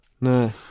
No